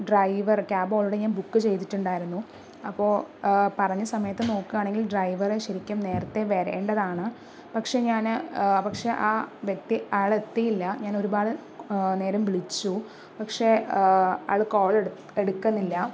driver cab already ഞാൻ book ചെയ്തിട്ടുണ്ടായിരുന്നു അപ്പോൾ പറഞ്ഞ സമയത്തു നോക്കുകയാണെങ്കിൽ ഡ്രൈവറെ ശരിക്കും നേരത്തേ വരേണ്ടതാണ് പക്ഷെ ഞാൻ പക്ഷെ ആ വ്യക്തി ആളെത്തിയില്ല ഞാനൊരുപാട് നേരം വിളിച്ചു പക്ഷെ ആള് കോള് എടുക്കുന്നില്ല